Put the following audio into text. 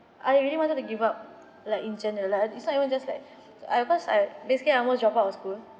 I really wanted to give up like in general lah it's not even just like I because I basically I almost drop out of school